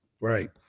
Right